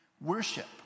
worship